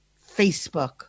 Facebook